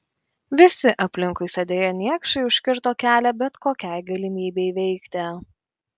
visi aplinkui sėdėję niekšai užkirto kelią bet kokiai galimybei veikti